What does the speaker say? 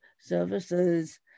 Services